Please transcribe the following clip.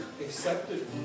accepted